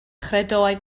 chredoau